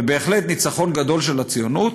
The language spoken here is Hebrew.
ובהחלט ניצחון גדול של הציונות.